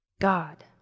God